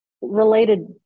related